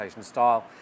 style